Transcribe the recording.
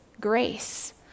grace